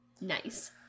Nice